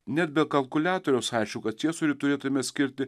net be kalkuliatoriaus aišku kad ciesoriui turėtume skirti